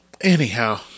Anyhow